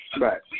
Right